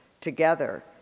together